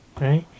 Right